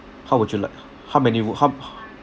how would you like how many roo~ how